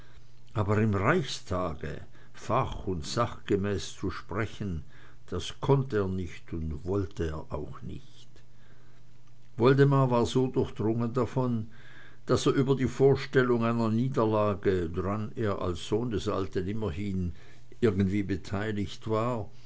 aber im reichstage fach und sachgemäß sprechen das konnt er nicht und wollt er auch nicht woldemar war so durchdrungen davon daß er über die vorstellung einer niederlage dran er als sohn des alten immerhin wie beteiligt war